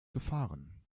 gefahren